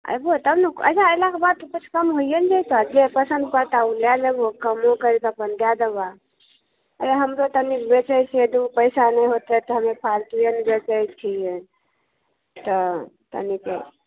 एबहो तब ने अच्छा अयलाके बाद किछु कम होइये ने जैतऽ जे पसन्द परतऽ ओ लए लेबहो कमो कैरि कऽ अपन दए देबऽ हमरो तनी बेचैके है दू पैसा नहि होतै तऽ हमे फालतुवे ने बेचे छियै तऽ तनिक